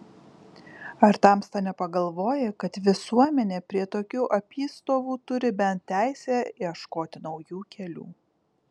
ar tamsta nepagalvoji kad visuomenė prie tokių apystovų turi bent teisę ieškoti naujų kelių